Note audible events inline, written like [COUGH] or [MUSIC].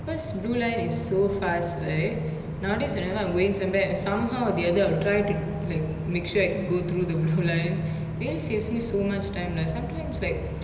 cause blue line is so fast right nowadays whenever I'm going somewhere somehow I'll try to like make sure I can go through the blue line really saves me so much time lah sometimes like [NOISE]